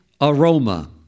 aroma